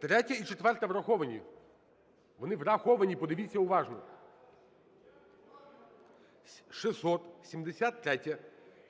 3-я і 4-а враховані, вони враховані, подивіться уважно. 673